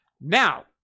Now